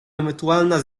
ewentualna